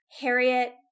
Harriet